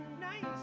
nice